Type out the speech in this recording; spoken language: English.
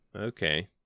Okay